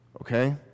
Okay